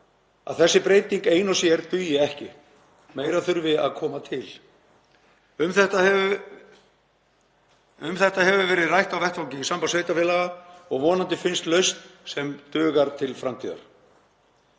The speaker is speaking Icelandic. að þessi breyting ein og sér dugi ekki. Meira þurfi að koma til. Um þetta hefur verið rætt á vettvangi Sambands íslenskra sveitarfélaga og vonandi finnst lausn sem dugar til framtíðar.